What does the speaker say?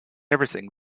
everything